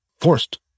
forced